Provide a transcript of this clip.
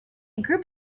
group